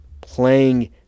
playing